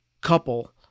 couple